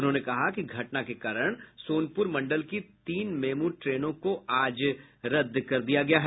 उन्होंने कहा कि घटना के कारण सोनपुर मंडल की तीन मेमू ट्रेनों को आज रद्द कर दिया गया है